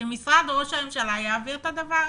שמשרד ראש הממשלה יעביר את הדבר הזה?